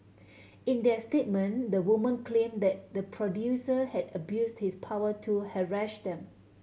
in their statement the women claim that the producer had abuse his power to harass them